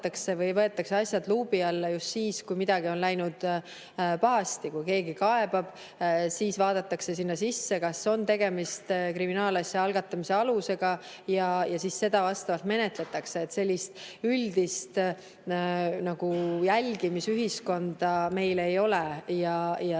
või võetakse asjad luubi alla just siis, kui midagi on läinud pahasti. Kui keegi kaebab, siis vaadatakse sinna sisse, kas on tegemist kriminaalasja algatamise alusega, ja seda vastavalt menetletakse. Sellist üldist jälgimisühiskonda meil ei ole ja